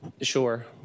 sure